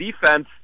defense